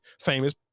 famous